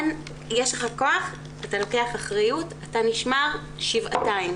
יש לך כוח, אתה לוקח אחריות, אתה נשמר שבעתיים.